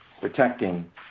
protecting